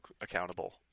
accountable